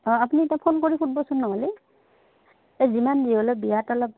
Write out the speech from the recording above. অঁ আপুনি এতিয়া ফোন কৰি সুধিবচোন নহ'লে এই যিমান দি হ'লে বিয়াত অলপ